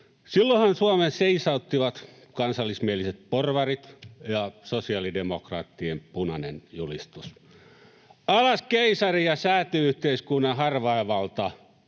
Silloinhan Suomen seisauttivat kansallismieliset porvarit ja sosiaalidemokraattien punainen julistus — alas keisari ja sääty-yhteiskunnan harvainvalta,